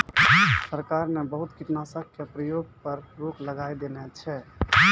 सरकार न बहुत कीटनाशक के प्रयोग पर रोक लगाय देने छै